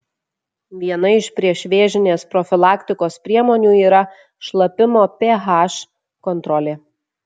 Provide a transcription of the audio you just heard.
viena iš priešvėžinės profilaktikos priemonių yra šlapimo ph kontrolė